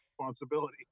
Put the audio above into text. responsibility